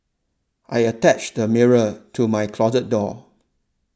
I attached a mirror to my closet door